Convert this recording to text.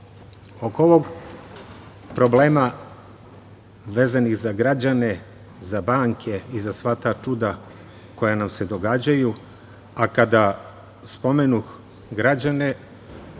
Oko ovog problema, vezanih za građane, za banke i za sva ta čuda koja nam se događaju, a kada spomenuh građane,